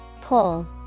Pull